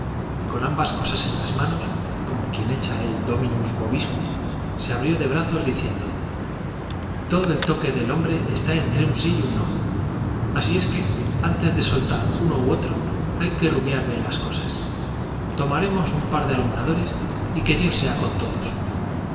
y con ambas cosas en las manos como echa el dominus vobiscum se abrió de quien brazos diciendo todo el toque del hombre está entre un sí y un no así es que antes de soltar uno ú otro hay que rumiar bien las cosas tomaremos un par de alum bradores y que dios sea con todos